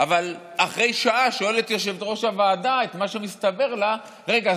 אבל אחרי שעה שואלת יושבת-ראש הוועדה את מה שמסתבר לה: רגע,